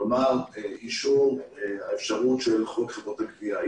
אישור האפשרות של חוק חברות גבייה.